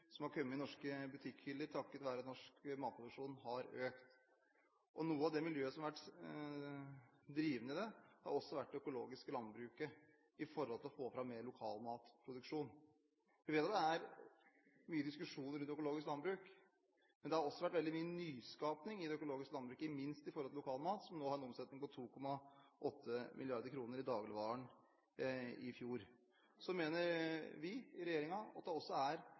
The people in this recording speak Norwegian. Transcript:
produkter har kommet i norske butikkhyller takket være at norsk matproduksjon har økt. Et av de miljøene som har vært drivende i det, har vært det økologiske landbruket, som har fått fram mer lokal matproduksjon. Vi vet at det er mye diskusjoner rundt økologisk landbruk, men det har også vært veldig mye nyskaping i det økologiske landbruket, ikke minst med tanke på lokal mat, som nå har en omsetning på 2,8 mrd. kr i dagligvarehandelen i fjor. Så mener vi i regjeringen at det også er